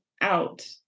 out